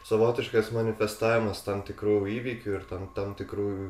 savotiškas manifestavimas tam tikrų įvykių ir tam tam tikrų